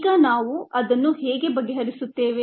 ಈಗ ನಾವು ಅದನ್ನು ಹೇಗೆ ಬಗೆಹರಿಸುತ್ತೇವೆ